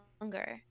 longer